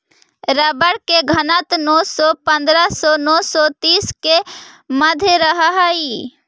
rubber के घनत्व नौ सौ पंद्रह से नौ सौ तीस के मध्य रहऽ हई